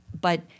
but-